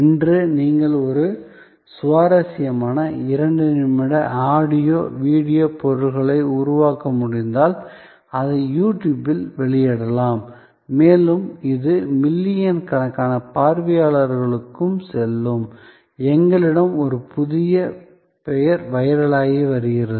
இன்று நீங்கள் ஒரு சுவாரஸ்யமான 2 நிமிட ஆடியோ வீடியோ பொருட்களை உருவாக்க முடிந்தால் அதை யூடியூப்பில் வெளியிடலாம் மேலும் இது மில்லியன் கணக்கான பார்வையாளர்களுக்கு செல்லும் எங்களிடம் ஒரு புதிய பெயர் வைரலாகி வருகிறது